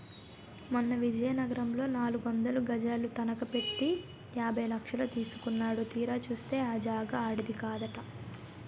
మొన్న విజయనగరంలో నాలుగొందలు గజాలు తనఖ పెట్టి యాభై లక్షలు తీసుకున్నాడు తీరా చూస్తే ఆ జాగా ఆడిది కాదట